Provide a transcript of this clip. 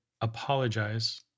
apologize